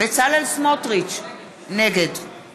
בצלאל סמוטריץ, נגד